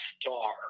star